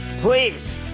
please